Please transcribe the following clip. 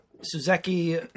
Suzuki